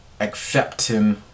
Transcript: accepting